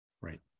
Right